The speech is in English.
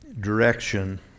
direction